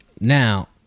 now